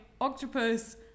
octopus